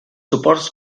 suports